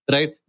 Right